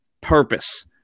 purpose